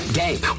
game